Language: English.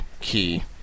key